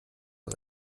aus